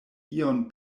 ion